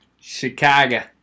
Chicago